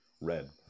red